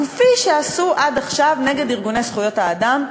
כפי שעשו עד עכשיו נגד ארגוני זכויות אדם,